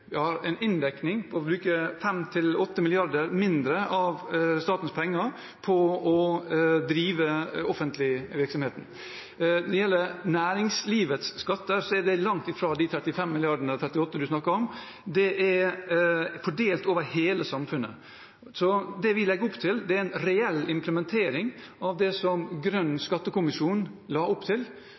Vi har inndekning til å bruke 5–8 mrd. mindre av statens penger på å drive offentlig virksomhet. Når det gjelder næringslivets skatter, er det langt fra de 38 milliardene representanten snakker om. Det er fordelt over hele samfunnet. Det vi legger opp til, er en reell implementering av det som Grønn skattekommisjon la opp til,